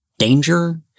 danger